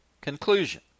Conclusion